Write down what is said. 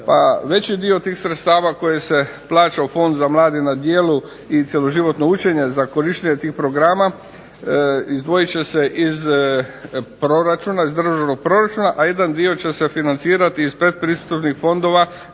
veći dio tih sredstva koji se plaća u Fondu za mlade na djelu i cjeloživotno učenje za korištenje tih programa izdvojit će se iz državnog proračuna, a jedan dio će se financirati iz pretpristupnih fondova